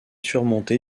surmonté